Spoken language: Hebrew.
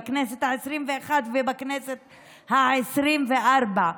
בכנסת העשרים-ואחת ובכנסת העשרים-וארבע,